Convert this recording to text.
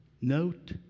note